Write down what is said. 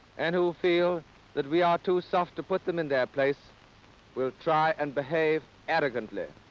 and who feel that we are too soft to put them in their place will try and behave arrogantly.